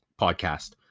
podcast